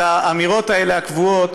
האמירות האלה, הקבועות,